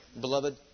Beloved